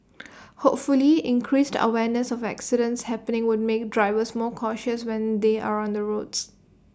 hopefully increased awareness of accidents happening would make drivers more cautious when they are on the roads